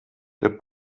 der